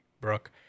Brooke